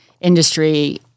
industry